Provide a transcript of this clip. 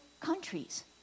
countries